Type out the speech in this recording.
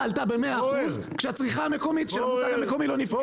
הצריכה עלתה ב-100% כשהצריכה המקומית לא נפגעה.